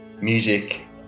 music